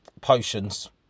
potions